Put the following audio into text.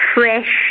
fresh